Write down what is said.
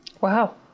Wow